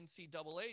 NCAA